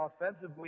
offensively